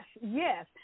yes